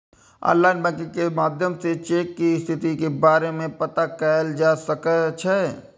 online banking के माध्यम सं चेक के स्थिति के बारे मे पता कैल जा सकै छै